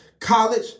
college